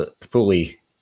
fully